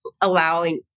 allowing